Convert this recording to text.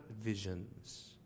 visions